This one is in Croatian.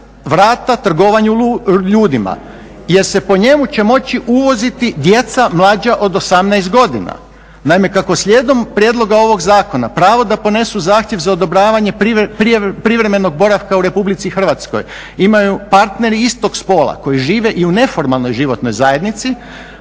vrata trgovanju ljudima, jer se po njemu će moći uvoziti djeca mlađa od 18 godina. Naime, kako slijedom prijedloga ovog zakona pravo da podnesu zahtjev za odobravanje privremenog boravka u Republici Hrvatskoj imaju partneri isto spola koji žive i u neformalnoj životnoj zajednici,